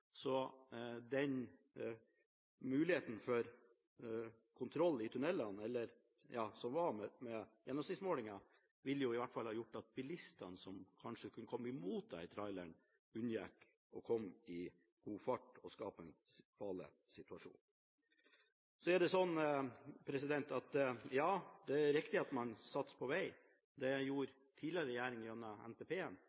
så mye i tuneller. De skal i utgangspunktet ha en fartssperre sånn at det kan unngås. Men det er jo ikke sånn – dessverre – at de er alene i disse tunellene. Muligheten for kontroll i tunellene som var med gjennomsnittsmålinger, ville iallfall ha gjort at bilistene som kanskje kunne komme imot traileren, unngikk å komme i god fart og skape en farlig situasjon. Det er riktig at man